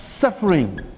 Suffering